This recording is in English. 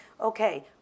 okay